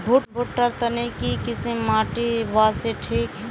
भुट्टा र तने की किसम माटी बासी ठिक?